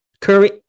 Curry